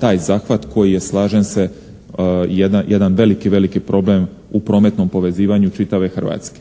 taj zahvat koji je slažem se jedan veliki problem u prometnom povezivanju čitave Hrvatske.